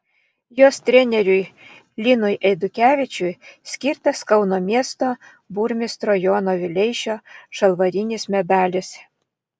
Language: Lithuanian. jos treneriui linui eidukevičiui skirtas kauno miesto burmistro jono vileišio žalvarinis medalis